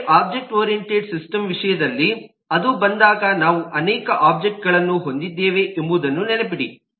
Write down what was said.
ಆದರೆ object oriented system ವಿಷಯದಲ್ಲಿ ಅದು ಬಂದಾಗ ನಾವು ಅನೇಕ ಒಬ್ಜೆಕ್ಟ್ಗಳನ್ನು ಹೊಂದಿದ್ದೇವೆ ಎಂಬುದನ್ನು ನೆನಪಿಡಿ